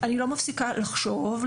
מפסיקה לחשוב,